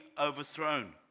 overthrown